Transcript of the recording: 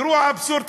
תראו את האבסורד,